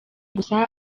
gusa